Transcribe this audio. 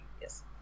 yes